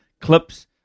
clips